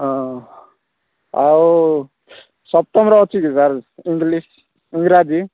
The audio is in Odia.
ହଁ ଆଉ ସପ୍ତମର ଅଛି କି ସାର୍ ଇଂଗ୍ଲିଶ୍ ଇଂରାଜୀ